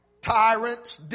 Tyrants